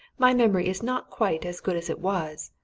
my memory is not quite as good as it was,